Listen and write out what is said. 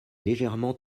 légèrement